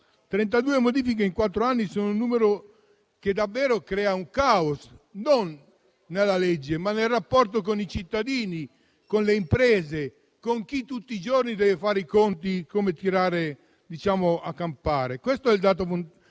modifiche in quattro anni sono un numero che davvero crea caos non nella legge, ma nel rapporto con i cittadini, con le imprese, con chi tutti i giorni deve fare i conti per tirare a campare. In più si introduce